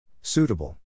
Suitable